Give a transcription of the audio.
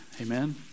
Amen